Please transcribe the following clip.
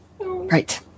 Right